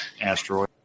asteroid